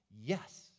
Yes